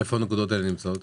איפה הנקודות האלה נמצאות?